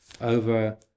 over